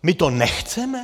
My to nechceme?